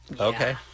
Okay